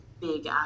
big